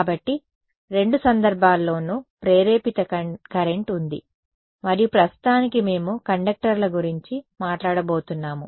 కాబట్టి రెండు సందర్భాల్లోనూ ప్రేరేపిత కరెంట్ ఉంది మరియు ప్రస్తుతానికి మేము కండక్టర్ల గురించి మాట్లాడబోతున్నాము